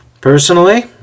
Personally